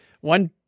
one